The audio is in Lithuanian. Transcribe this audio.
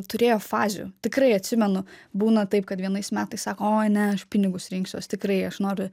turėjo fazių tikrai atsimenu būna taip kad vienais metais sako oi ne aš pinigus rinksiuos tikrai aš noriu